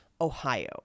Ohio